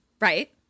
Right